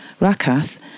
Rakath